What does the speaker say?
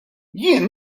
jien